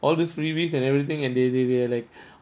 all these freebies and everything and they they they like